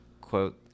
quote